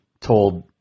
told